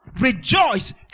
Rejoice